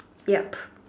yup